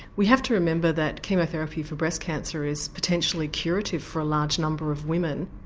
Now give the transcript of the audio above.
we have to remember that chemotherapy for breast cancer is potentially curative for a large number of women.